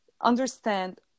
understand